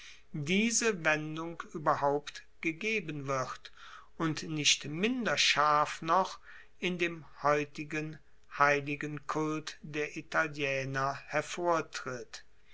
diese wendung ueberhaupt gegeben wird und nicht minder scharf noch in dem heutigen heiligenkult der italiener hervortritt